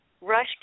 Rush